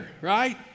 Right